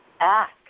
act